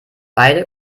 beide